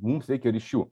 mums reikia ryšių